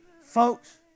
Folks